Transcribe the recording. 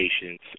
patients